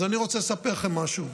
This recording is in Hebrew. אז אני רוצה לספר לכם משהו: